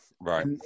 Right